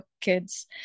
kids